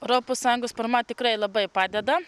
europos sąjungos parama tikrai labai padeda